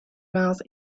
miles